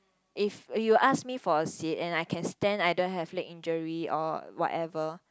if you ask me for a seat and I can stand I don't have leg injury or whatever